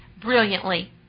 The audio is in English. brilliantly